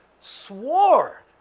swore